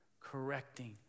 correcting